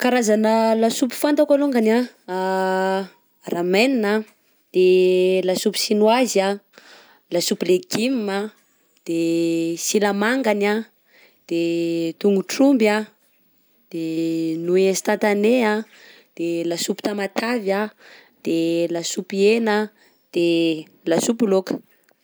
Karazana lasopy fantako alongany a: ramen a ,de lasopy chinoise a, lasopy legume a, de silamangany a, de tongotr'omby a, de nouille instantané a, de lasopy Tamatave a, de lasopy hena a, de lasopy lôka.